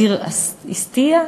דיר-איסתיא?